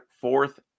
fourth